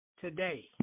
today